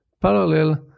parallel